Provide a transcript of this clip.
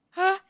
!huh!